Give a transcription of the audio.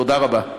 תודה רבה.